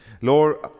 Lord